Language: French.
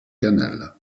canal